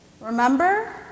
Remember